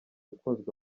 ukunzwe